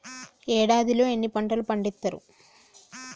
ఏడాదిలో ఎన్ని పంటలు పండిత్తరు?